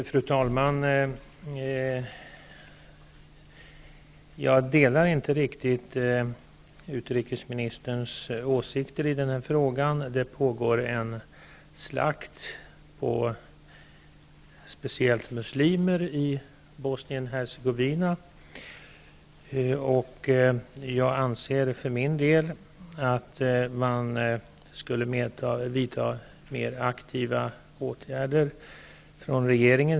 Fru talman! Jag delar inte riktigt utrikesministerns åsikter i den här frågan. Det pågår en slakt på speciellt muslimer i Bosnien-Hercegovina. Jag anser att regeringen bör vidta mer aktiva åtgärder.